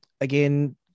again